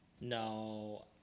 No